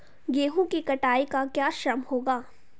गेहूँ की कटाई का क्या श्रम होगा?